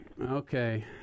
Okay